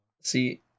see